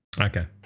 Okay